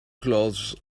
cloths